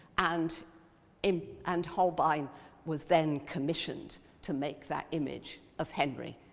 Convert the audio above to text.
and um and holbein was then commissioned to make that image of henry.